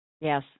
Yes